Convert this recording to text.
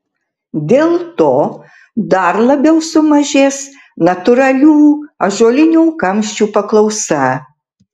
dėl to dar labiau sumažės natūralių ąžuolinių kamščių paklausa